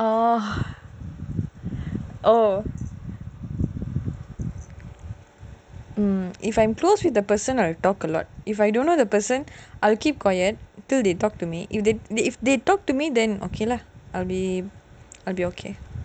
orh oh if I'm close with the person I will talk a lot if I don't know the person I'll keep quiet till they talk to me if they they if they talk to me then okay lah I'll be I'll be okay